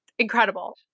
Incredible